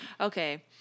Okay